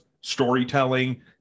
storytelling